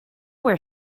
where